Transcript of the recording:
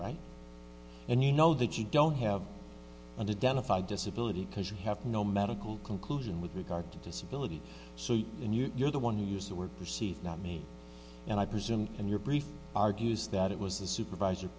right and you know that you don't have a dental disability because you have no medical conclusion with regard to disability and you're the one who use the word perceived not me and i presume and your brief argues that it was a supervisor